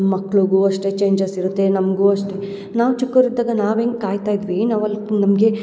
ಮಕ್ಕಳಿಗೂ ಅಷ್ಟೇ ಚೇಂಜಸ್ ಇರುತ್ತೆ ನಮಗೂ ಅಷ್ಟೇ ನಾವು ಚಿಕ್ಕ ಅವ್ರು ಇದ್ದಾಗ ನಾವು ಹೆಂಗೆ ಕಾಯ್ತಾ ಇದ್ವಿ ನಾವು ಅಲ್ಲಿ ನಮಗೆ